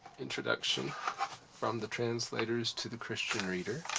introduction from the translators to the christian reader.